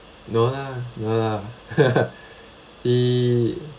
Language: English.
no lah no lah he